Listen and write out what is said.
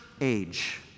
age